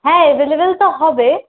হ্যাঁ অ্যাভেলেবেল তো হবে